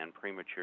premature